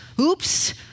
oops